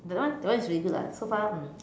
that one that one is really good lah so far mm